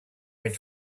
wait